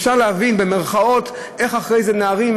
אפשר "להבין" איך אחרי זה נערים,